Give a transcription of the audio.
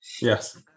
Yes